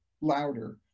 louder